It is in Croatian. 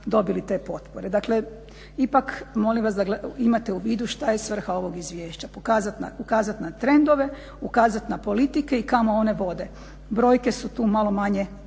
dobili te potpore. Dakle, ipak molim vas da imate u vidu šta je svrha ovog izvješća, pokazat, ukazat na trendove, ukazat na politike i kamo one vode. Brojke su tu malo manje